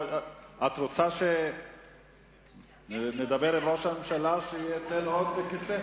את רוצה שנדבר עם ראש הממשלה שייתן עוד כיסא?